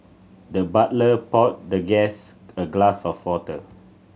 the butler poured the guest a glass of water